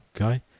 okay